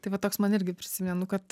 tai va toks man irgi prisimenu kad